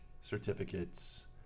Certificates